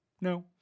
No